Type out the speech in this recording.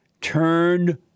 turned